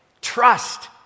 Trust